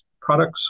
Products